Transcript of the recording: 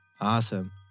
Awesome